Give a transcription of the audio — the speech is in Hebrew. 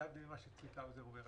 להבדיל ממה שצביקה האוזר אומר,